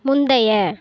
முந்தைய